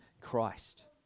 Christ